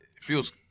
feels